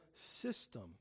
system